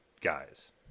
guys